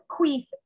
queef